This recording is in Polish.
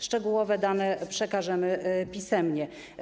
Szczegółowe dane przekażemy pisemnie.